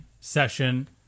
session